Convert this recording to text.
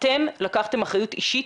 אתם לקחתם אחריות אישית,